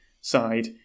side